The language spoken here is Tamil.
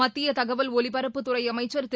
மத்திய தகவல் ஒலிபரப்புத் துறை அமைச்சர் திரு